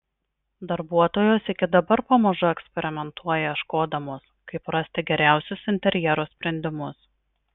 darbuotojos iki dabar pamažu eksperimentuoja ieškodamos kaip rasti geriausius interjero sprendimus